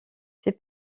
ses